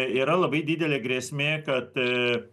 yra labai didelė grėsmė kad